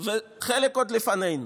וחלק עוד לפנינו.